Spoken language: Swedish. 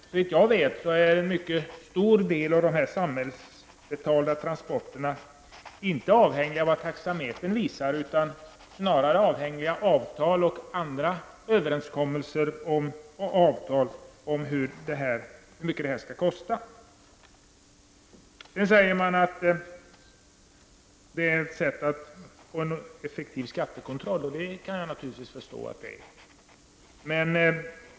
Såvitt jag vet är en mycket stor del av de samhällsbetalda transporterna inte avhängiga av vad taxametern visar utan snarare av avtal och andra överenskommelser om hur mycket transporten skall kosta. Man säger också att det är ett sätt att få en effektiv skattekontroll. Det kan jag naturligtvis förstå.